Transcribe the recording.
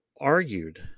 argued